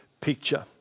picture